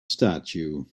statue